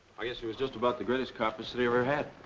i guess he was just about the greatest cop this city ever had.